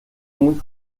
muy